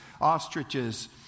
ostriches